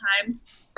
times